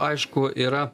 aišku yra